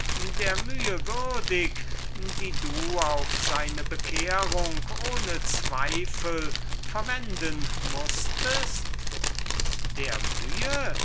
der mühe würdig die du auf seine bekehrung ohne zweifel verwenden mußtest der mühe